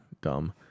Dumb